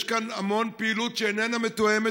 יש כאן המון פעילות שאיננה מתואמת.